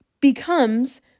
becomes